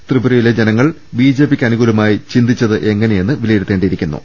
ത്രിപുരയിലെ ജനങ്ങൾ ബി ജെ പിക്ക് അനുകൂലമായി ചിന്തിച്ചതെങ്ങനെയെന്ന് വില്ലയിരുത്തേ ണ്ടിയിരിക്കുന്നു